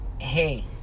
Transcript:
hey